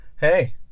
hey